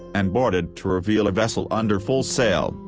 and boarded to reveal a vessel under full sail,